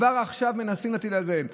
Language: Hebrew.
כבר עכשיו מנסים להטיל את זה עליהם.